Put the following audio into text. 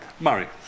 Murray